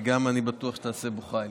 ואני גם בטוח שתעשה בו חיל.